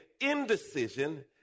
Indecision